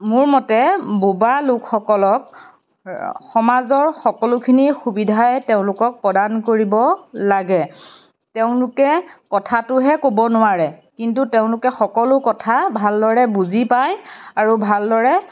মোৰ মতে বোবা লোকসকলক সমাজৰ সকলোখিনি সুবিধাই তেওঁলোকক প্ৰদান কৰিব লাগে তেওঁলোকে কথাটোহে ক'ব নোৱাৰে কিন্তু তেওঁলোকে সকলো কথা ভালদৰে বুজি পায় আৰু ভালদৰে